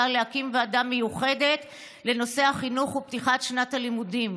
להקים ועדה מיוחדת לנושא החינוך ופתיחת שנת הלימודים.